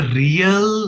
real